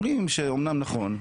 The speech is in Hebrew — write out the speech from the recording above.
הם אומרים שאמנם נכון,